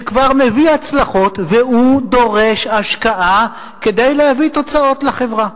שכבר מביא הצלחות והוא דורש השקעה כדי להביא תוצאות לחברה.